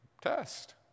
test